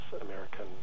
American